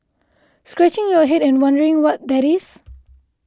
scratching your head and wondering what that is